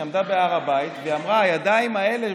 היא עמדה בהר הבית והיא אמרה: הידיים האלה,